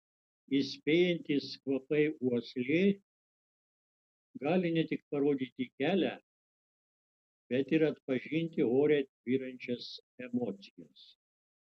įspėjantys kvapai uoslė gali ne tik parodyti kelią bet ir atpažinti ore tvyrančias emocijas